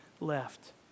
left